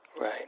Right